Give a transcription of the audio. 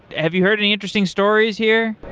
have you heard any interesting stories here?